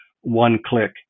one-click